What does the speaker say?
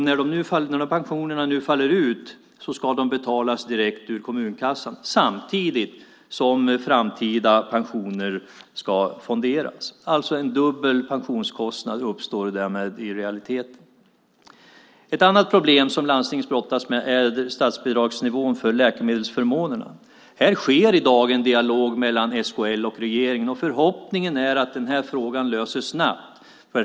När de här pensionerna nu faller ut ska de betalas direkt ur kommunkassan samtidigt som framtida pensioner ska fonderas. En dubbel pensionskostnad uppstår alltså därmed i realiteten. Ett annat problem som landstingen brottas med är statsbidragsnivån för läkemedelsförmånerna. Här sker i dag en dialog mellan SKL och regeringen, och förhoppningen är att frågan löses snabbt.